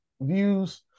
views